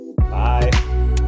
bye